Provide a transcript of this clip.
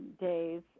days